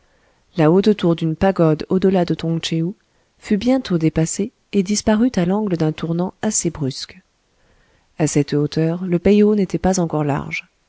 la haute tour d'une pagode au-delà de tong tchéou fut bientôt dépassée et disparut à l'angle d'un tournant assez brusque a cette hauteur le peï ho n'était pas encore large